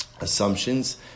assumptions